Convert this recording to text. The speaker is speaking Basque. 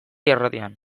irratian